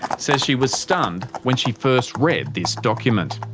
says she was stunned when she first read this document.